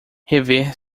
rever